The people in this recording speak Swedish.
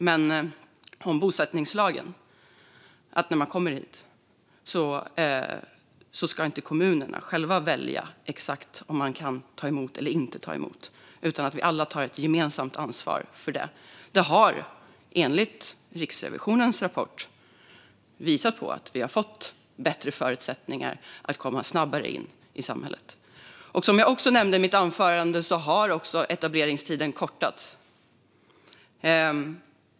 När människor kommer hit ska inte kommunerna själva kunna välja om de kan ta emot eller inte, utan alla ska ta ett gemensamt ansvar. Enligt Riksrevisionens rapport har detta gett bättre förutsättningar att komma snabbare in i samhället. Som jag också nämnde i mitt anförande har etableringstiden också kortats.